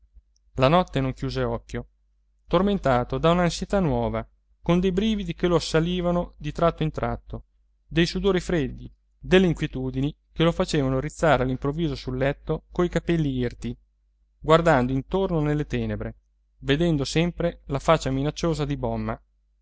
la notte non chiuse occhio tormentato da un'ansietà nuova con dei brividi che lo assalivano di tratto in tratto dei sudori freddi delle inquietudini che lo facevano rizzare all'improvviso sul letto coi capelli irti guardando intorno nelle tenebre vedendo sempre la faccia minacciosa di bomma